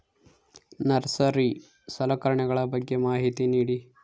Nursery ಸಲಕರಣೆಗಳ ಬಗ್ಗೆ ಮಾಹಿತಿ ನೇಡಿ?